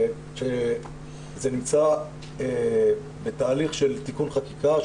זה נמצא בתהליך תיקון חקיקה,